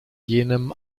jenem